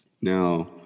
now